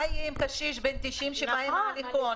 מה יהיה עם קשיש שבא עם הליכון,